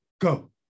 go